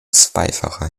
zweifacher